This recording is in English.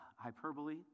hyperbole